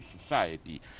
society